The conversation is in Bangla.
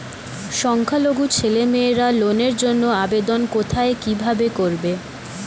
সংখ্যালঘু ছেলেমেয়েরা লোনের জন্য আবেদন কোথায় কিভাবে করবে?